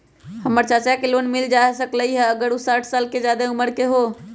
हमर चाचा के लोन मिल जा सकलई ह अगर उ साठ साल से जादे उमर के हों?